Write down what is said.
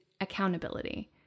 accountability